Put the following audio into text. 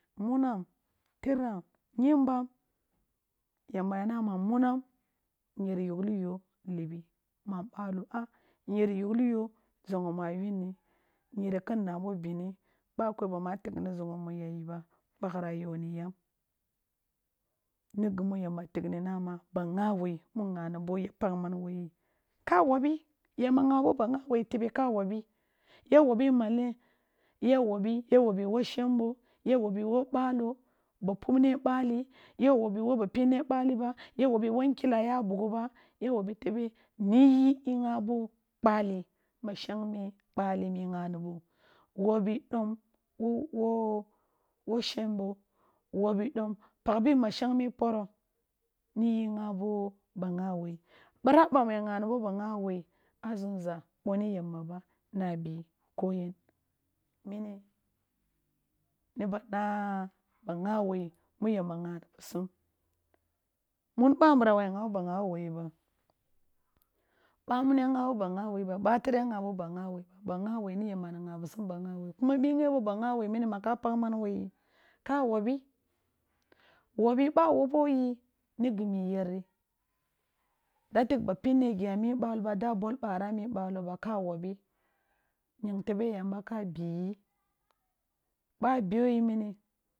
Munam, tiram, yambam, yamba y ana ma munam nyer yuglo yo libi mam balo a nyer yugh yo zogho ma yunni nyer kin nabo binni, boa kwoi bamu a tighni zoogho yayi ba, bakkhara yoni yam. Nigirnu yamba tighi na ma ba gha wai mu nghani boy a pakh man wo yi ka wobi yamba yghabo b agba woi tebe ta wobi yaw obi malen, yaw obi wo shemmbo, yaw obi wo ba pinni bali bay a wobi wo nkila ya bugho bay a wobi wo nkila ya bugho bay a wobi tebe nyi ghabo bali mashegime bali mi ghani bow obi dom wo-wo shembo, wobi dom, pakhbi masheng me poro niyi ighabo ba gha woi bira ba mu ya ghani bo ba gha woi zumza boni yammba ba na bi koyen mini nib a na, ba gha woi mu yamba ghani bisum. Mn banburun ya wabi ba gha woi ba, ɓamun ya wawu ba gha woi ɓa, ɓa gha woi ni yamba ghabi sum ba gha woi kumma bi ghebo ba gha woi mini maka pakh man wo yi ka wobi wobi ba wobo yi, ni gi mi iyeri da tigh ba pinne gi a mi balo ba da bol bbara a mi baloba ka wobi, ying tebe yamba ka biyi bou beyi muni